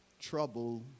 trouble